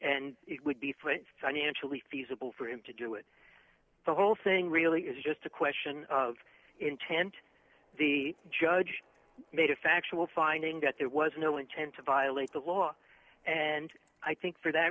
and it would be for and financially feasible for him to do it the whole thing really is just a question of intent the judge made a factual finding that there was no intent to violate the law and i think for that